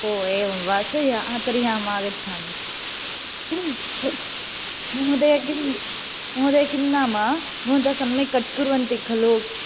ओ एवं वा सोई तर्हि अहं आगच्छामि किं महोदय किं महोदय किं नाम महोदय सम्यक् कट् कुर्वन्ति खलु